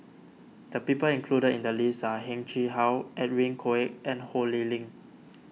the people included in the list are Heng Chee How Edwin Koek and Ho Lee Ling